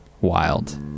wild